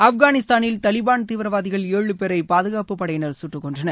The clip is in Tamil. ஆப்கானிஸ்தானில் தாலிபான் தீவிரவாதிகள் ஏழு பேரை பாதுகாப்பு படையினர் சுட்டுக்கொன்றனர்